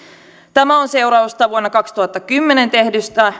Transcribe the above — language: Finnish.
tämä on seurausta vuonna kaksituhattakymmenen tehdystä